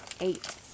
eight